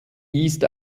east